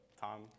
Tom